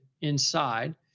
inside